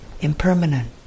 impermanent